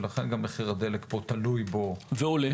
לכן מחיר הדלק תלוי בו ועולה,